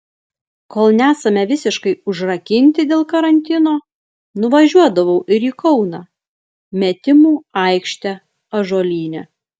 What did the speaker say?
kol nesame visiškai užrakinti dėl karantino nuvažiuodavau ir į kauną metimų aikštę ąžuolyne